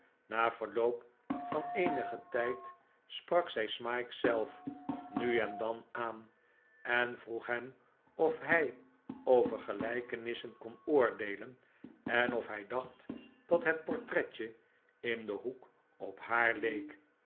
na verloop van eenigen tijd sprak zij smike zelf nu en dan aan en vroeg hem of hij over gelijkenissen kon oordeelen en of hij dacht dat het portretje in den hoek op haar leek